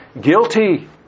guilty